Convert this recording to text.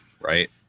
right